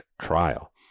trial